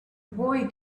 boy